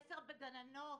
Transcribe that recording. חסר בגננות,